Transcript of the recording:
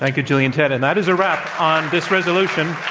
like gillian tett, and that is a wrap on this resolution.